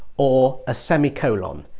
or a semicolon,